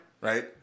Right